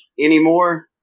anymore